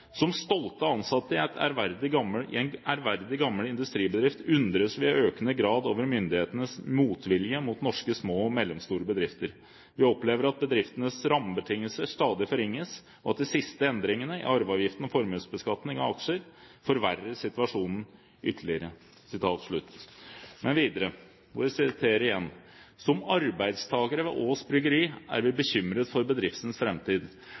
«Som stolte ansatte i en ærverdig gammel industribedrift undres vi i økende grad over myndighetens motvilje mot norske små og mellomstore bedrifter. Vi opplever at bedriftenes rammebetingelser stadig forringes og at de siste endringene forverrer situasjonen ytterligere.» Og videre: «Som arbeidstakere ved Aass Bryggeri er vi bekymret for bedriftens